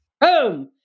boom